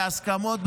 בהסכמות,